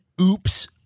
oops